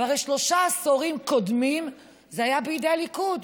והרי שלושה עשורים קודמים זה היה בידי הליכוד,